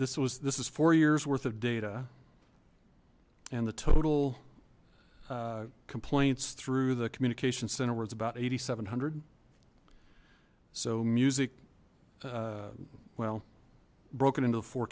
this was this is four years worth of data and the total complaints through the communication center where it's about eight seven hundred so music well broken into